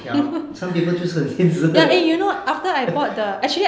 ya lor some people 就是很天真的